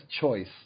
choice